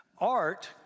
Art